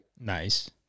nice